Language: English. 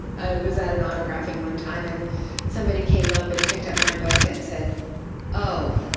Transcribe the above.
was at an autographing one time and somebody came up and picked up my book and said oh,